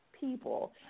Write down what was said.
people